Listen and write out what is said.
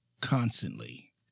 constantly